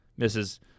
Mrs